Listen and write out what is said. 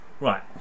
right